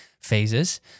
phases